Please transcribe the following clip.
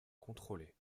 contrôlée